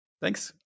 Thanks